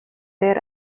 their